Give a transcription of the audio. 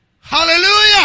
Hallelujah